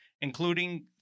including